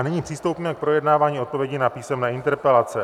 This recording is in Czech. A nyní přistoupíme k projednávání odpovědí na písemné interpelace.